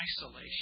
isolation